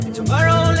Tomorrow